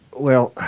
well,